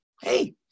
hey